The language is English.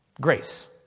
grace